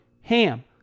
HAM